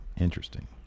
Interesting